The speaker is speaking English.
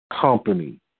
company